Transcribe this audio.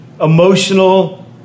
emotional